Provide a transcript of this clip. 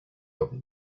over